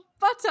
butter